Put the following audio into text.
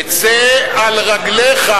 תצא על רגליך.